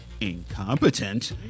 incompetent